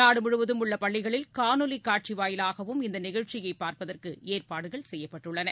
நாடு முழுவதும் உள்ள பள்ளிகளில் காணொலிக் காட்சி வாயிலாகவும் இந்த நிகழ்ச்சியை பார்ப்பதற்கு ஏற்பாடுகள் செய்யப்பட்டுள்ளன